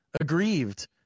aggrieved